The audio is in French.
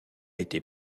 été